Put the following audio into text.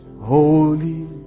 Holy